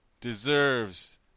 deserves